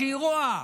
כשהיא רואה